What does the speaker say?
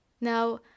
Now